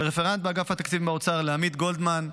לרפרנט באגף התקציבים באוצר עמית גולדמן,